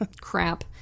crap